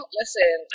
listen